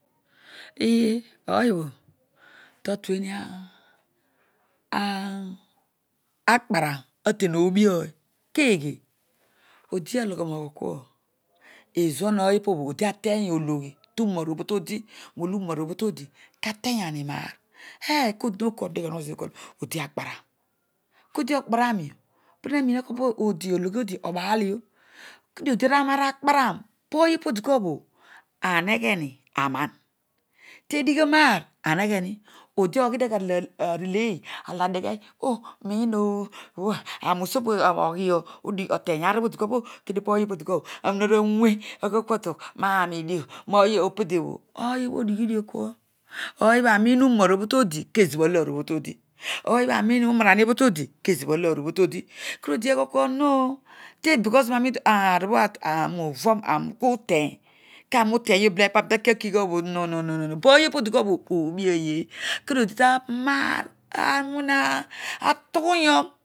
Eah ooy obhota tueni akporaa aten oobi ooy keghe odialoghe agh kua ezuan oyo opobho odiateny ologhi turoor obho todi molo uroor obho todi katenyani maar hel koduke odeghe onogho zodi okoor odia kpararo kodi okparam dio pohe roina kokua ologhi odi obaardio, kedio oodi annar akpararo pooy opo odi kuabho anegheni aroah tedighoroaar anegheni odi oghidio arolareleer ameghel roiioh aaroi usupose oghi odi oteny aar opobho dikua bho kedio pooy olodikua aroiarua wey aghokuadugh roaroidio roa ony opediobho ooy obho odighodio kua ooy obho ami uroor obho todi kezobho aloo obho todi ooy obho aami uroarahi obho to di kezobho aloor obhoto di kero odi aghoor kua auooh ke becus aar obho aami ku teny karo, utenyio belehi paroitaki a kigh ooy no mo pooy opo dikuabho ooblaoy dio kediodi ta maa. Awina tughuroiuro